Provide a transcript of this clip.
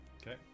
Okay